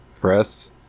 press